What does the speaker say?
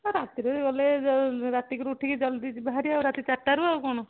ହଁ ରାତିରୁ ଗଲେ ରାତିରୁ ଉଠିକି ଜଲ୍ଦି ଯିବାହେରି ଆଉ ରାତି ଚାରିଟାରୁ ଆଉ କ'ଣ